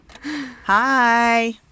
Hi